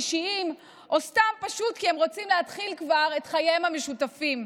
אישיים או סתם פשוט כי הם כבר רוצים להתחיל את חייהם המשותפים.